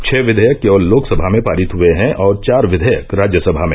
छह विधेयक केवल लोकसभा में पारित हुए हैं और चार विधेयक राज्यसभा में